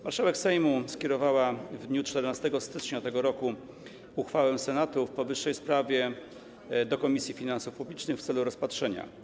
Marszałek Sejmu skierowała w dniu 14 stycznia tego roku uchwałę Senatu w powyższej sprawie do Komisji Finansów Publicznych w celu rozpatrzenia.